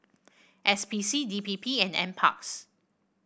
S P C D P P and NParks